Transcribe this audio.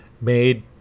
made